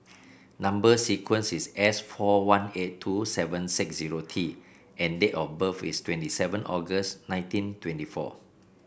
number sequence is S four one eight two seven six zero T and date of birth is twenty seven August nineteen twenty four